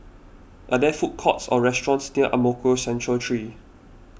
are there food courts or restaurants near Ang Mo Kio Central three